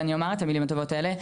ואני אומר את המילים הטובות האלה,